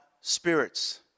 spirits